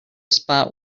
spot